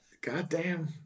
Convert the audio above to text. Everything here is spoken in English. goddamn